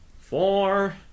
Four